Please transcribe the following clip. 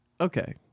Okay